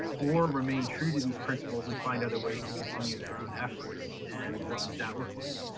or remain true to these principles and find other ways to continue their own efforts, and what would that look like?